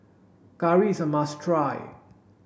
curry is a must try